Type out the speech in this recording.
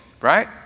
right